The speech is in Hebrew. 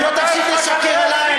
אם לא תפסיק לשקר עלי,